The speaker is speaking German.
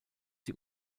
sie